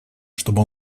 чтобы